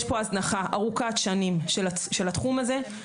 יש פה הזנחה ארוכת שנים של התחום הזה,